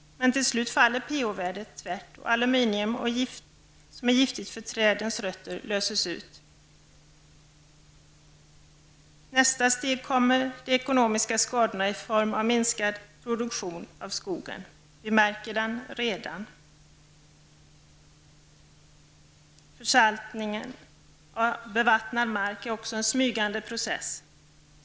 Men till slut faller pH-värdet tvärt, och aluminium, som är giftigt för trädens rötter, löses ut. Nästa steg är de ekonomiska skadorna i form av minskad produktion av skogen. Vi märker den redan. Försaltning av bevattnad mark är också en smygande process.